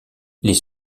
les